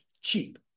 Cheap